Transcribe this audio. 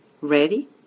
Ready